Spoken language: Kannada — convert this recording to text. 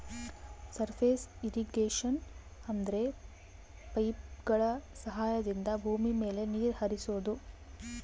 ಸರ್ಫೇಸ್ ಇರ್ರಿಗೇಷನ ಅಂದ್ರೆ ಪೈಪ್ಗಳ ಸಹಾಯದಿಂದ ಭೂಮಿ ಮೇಲೆ ನೀರ್ ಹರಿಸೋದು